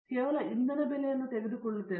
ನಾವು ಕೇವಲ ಇಂಧನ ಬೆಲೆಯನ್ನು ತೆಗೆದುಕೊಳ್ಳುತ್ತೇವೆ